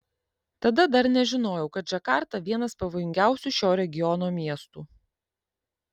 tada dar nežinojau kad džakarta vienas pavojingiausių šio regiono miestų